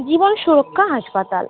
জীবন সুরক্ষা হাসপাতাল